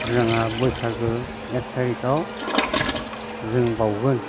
जोंहा बैसागो एक थारिखआव जों बाउगोन